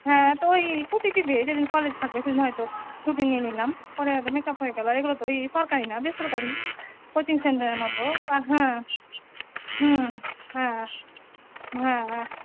হ্যাঁ তো ওই ছুটি দিবে যেদিন কলেজ থাকবে সেদিন হয়তো ছুটি নিয়ে নিলাম পরে হয়তো মেকআপ হয়ে গেল আর এগুলো ওই সরকারি না বেসরকারি কোচিং সেন্টারের মতো আর হ্যাঁ হুম হ্যাঁ হ্যাঁ হ্যাঁ